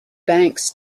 banks